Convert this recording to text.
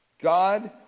God